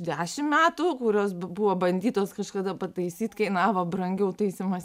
dešimt metų kurios buvo bandytos kažkada pataisyt kainavo brangiau taisymas